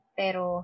pero